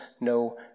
no